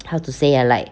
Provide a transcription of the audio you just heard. how to say ah like